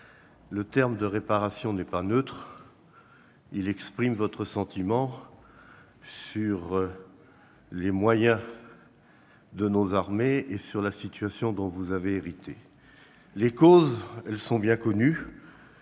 Ce terme de réparation n'est pas neutre : il exprime votre sentiment sur les moyens de nos armées et sur la situation dont vous avez hérité. Les causes sont bien connues